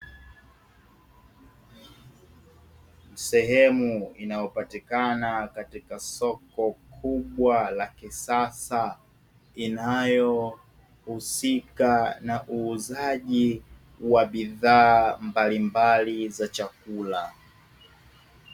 Sehemu inayopatikana katika soko kubwa la kisasa, inayohusika na uuzaji wa bidhaa mbalimbali za chakula.